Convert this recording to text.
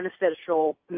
beneficial